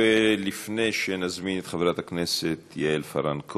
לפני שנזמין את חברת הכנסת יעל פארן,